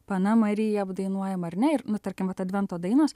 pana marija apdainuojama ar ne ir nu tarkim vat advento dainos